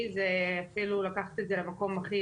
אלא המערכת מזהה באופן אוטומטי שמדובר בלקוח מבוגר,